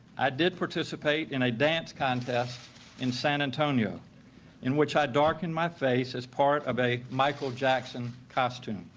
i did participate in a dance contest in san antonio in which i darkened my face as part of a michael jackson costume.